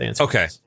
Okay